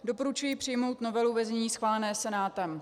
Doporučuji přijmout novelu ve znění schváleném Senátem.